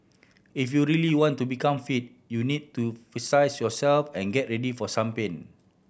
if you really want to become fit you need to yourself and get ready for some pain